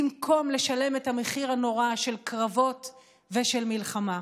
במקום לשלם את המחיר הנורא של קרבות ושל מלחמה.